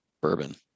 bourbon